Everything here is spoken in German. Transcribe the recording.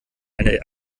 eine